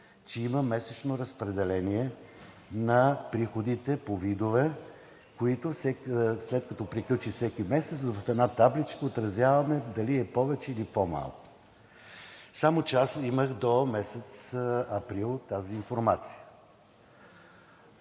че има месечно разпределение на приходите по видове, които, след като приключи всеки месец, в една табличка отразяваме дали е повече, или е по-малко. Само че аз имах до месец април тази информация.